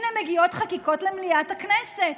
הינה מגיעות חקיקות למליאת הכנסת,